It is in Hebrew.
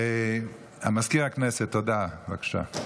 מזכיר הכנסת, בבקשה.